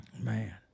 Man